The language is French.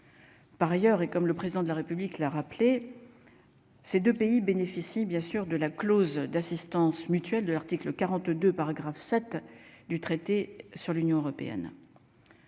Par ailleurs, et comme le président de la République l'a rappelé. Ces 2 pays bénéficie bien sûr de la clause d'assistance mutuelle de l'article 42 paragraphe 7 du traité sur l'Union européenne.